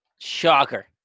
Shocker